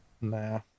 Nah